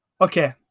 Okay